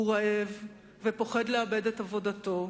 הוא רעב ופוחד לאבד את עבודתו.